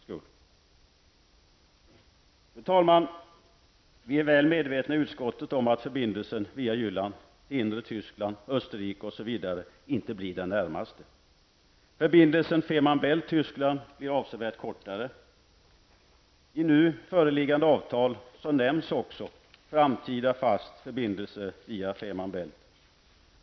Fru talman! Vi i utskottet är väl medvetna om att förbindelsen via Jylland till det inre av Tyskland, Österrike osv. inte blir den närmaste. Förbindelsen Femer Bält--Tyskland blir avsevärt kortare. I det nu föreliggande avtalet nämns också en framtida fast förbindelse via Femer Bält.